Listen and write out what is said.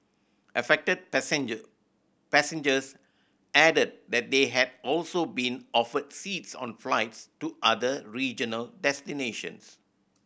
affected passenger passengers added that they had also been offered seats on flights to other regional destinations